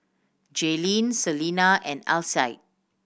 Jaelynn Selina and Alcide